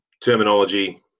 terminology